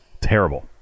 terrible